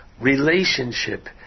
relationship